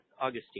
Augustine